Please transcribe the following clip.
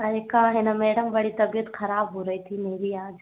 अरे का है ना मैडम बड़ी तबियत ख़राब हो रही थी मेरी आज